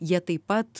jie taip pat